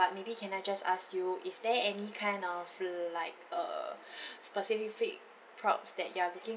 but maybe can I just ask you is there any kind of like a specific props you're looking